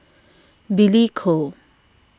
Billy Koh